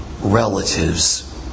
relatives